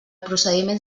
procediment